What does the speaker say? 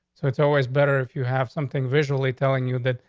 so it's always better if you have something visually telling you that.